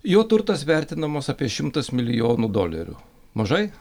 jo turtas vertinamas apie šimtas milijonų dolerių mažai